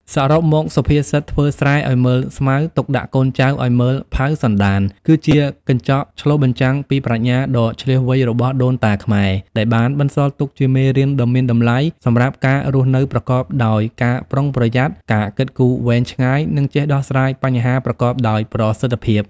សរុបមក សុភាសិត ធ្វើស្រែឲ្យមើលស្មៅ ទុកដាក់កូនចៅឲ្យមើលផៅសន្តាន គឺជាកញ្ចក់ឆ្លុះបញ្ចាំងពីប្រាជ្ញាដ៏ឈ្លាសវៃរបស់ដូនតាខ្មែរ ដែលបានបន្សល់ទុកជាមេរៀនដ៏មានតម្លៃសម្រាប់ការរស់នៅប្រកបដោយការប្រុងប្រយ័ត្ន ការគិតគូរវែងឆ្ងាយ និងចេះដោះស្រាយបញ្ហាប្រកបដោយប្រសិទ្ធភាព។